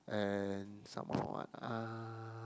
and some more what ah